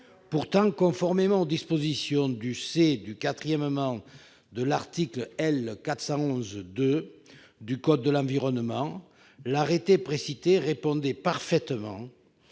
Pourtant, conformément aux dispositions du du 4° de l'article L. 411-2 du code de l'environnement, l'arrêté précité répondait parfaitement,